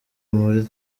muri